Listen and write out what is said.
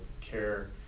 CARE